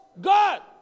God